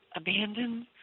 abandoned